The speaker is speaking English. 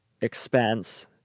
expense